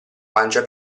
pancia